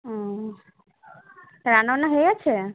ও তা রান্না বান্না হয়ে গেছে